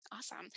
Awesome